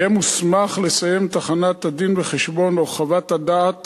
יהיה מוסמך לסיים את הכנת הדין-וחשבון או חוות הדעת